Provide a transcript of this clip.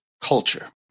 culture